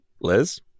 Liz